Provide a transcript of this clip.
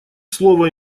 слово